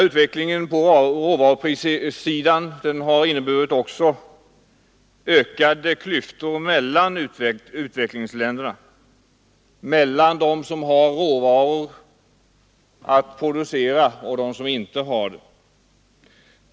Utvecklingen på råvaruprissidan har också inneburit ökade klyftor mellan utvecklingsländerna, mellan dem som har råvaror och dem som inte har det.